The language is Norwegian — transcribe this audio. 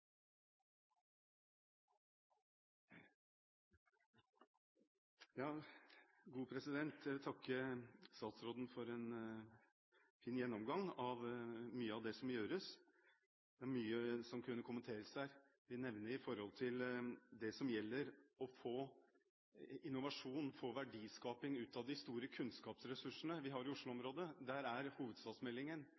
Jeg vil takke statsråden for en fin gjennomgang av ting som må gjøres. Det er mye man kunne kommentere der. Jeg vil nevne det med innovasjon – det å få verdiskaping ut av de store kunnskapsressursene vi har i